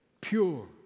Pure